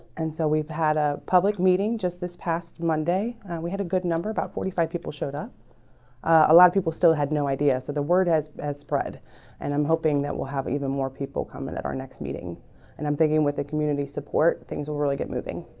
and so we've had a public meeting just this past monday we had a good number about forty five people showed up a lot of people still had no idea so the word has spread and i'm hoping that we'll have even more people coming at our next meeting and i'm thinking with the community support things will really get moving